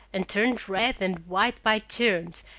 and turned red and white by turns,